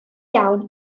iawn